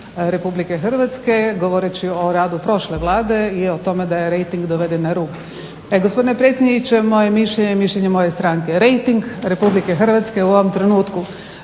dakle rejting RH govoreći o radu prošle vlade i o tome da je rejting doveden na rub. Gospodine predsjedniče, moje mišljenje i mišljenje moje stranke rejting RH u ovom trenutku